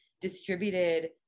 distributed